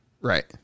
Right